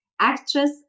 actress